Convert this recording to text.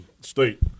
state